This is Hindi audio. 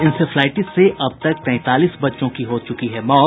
इंसेफ्लाईटिस से अब तक तैंतालीस बच्चों की हो चुकी है मौत